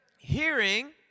Hearing